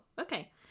okay